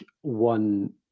one